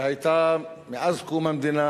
שהיתה מאז קום המדינה,